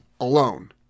alone